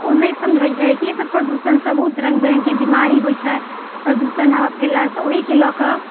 ओ नहि समझैत छै कि ई सब प्रदूषणसँ बहुत रङ्ग विरङ्गके बीमारी होइत छै प्रदूषण आरो फैलल ओहिके लऽ कऽ